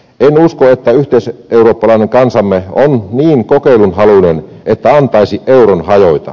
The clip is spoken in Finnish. en usko että yhteiseurooppalainen kansamme on niin kokeilunhaluinen että antaisi euron hajota